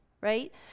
right